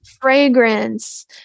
fragrance